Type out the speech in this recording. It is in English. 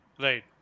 Right